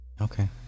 Okay